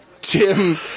Tim